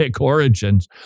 origins